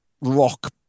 rock